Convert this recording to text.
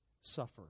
suffer